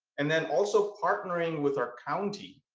and then also partnering with our county